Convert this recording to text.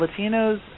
Latinos